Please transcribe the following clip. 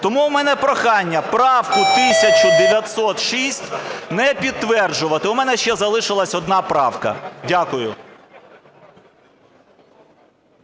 Тому у мене прохання, правку 1906 не підтверджувати. У мене ще залишилася одна правка. Дякую.